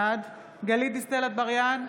בעד גלית דיסטל אטבריאן,